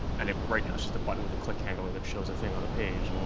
and it right now is just a button with a click handler that shows a thing on a page,